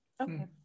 okay